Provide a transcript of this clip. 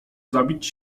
zabić